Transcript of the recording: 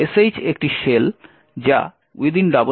sh একটি shell যা binsh